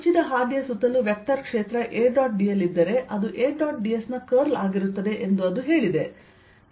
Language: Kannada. ಮುಚ್ಚಿದ ಹಾದಿಯ ಸುತ್ತಲೂ ವೆಕ್ಟರ್ ಕ್ಷೇತ್ರ A ಡಾಟ್ dl ಇದ್ದರೆ ಅದು A ಡಾಟ್ ds ನ ಕರ್ಲ್ ಆಗಿರುತ್ತದೆ ಎಂದು ಅದು ಹೇಳಿದೆ